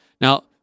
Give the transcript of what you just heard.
Now